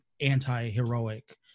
anti-heroic